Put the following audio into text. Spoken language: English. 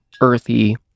earthy